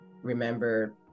remember